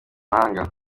mahanga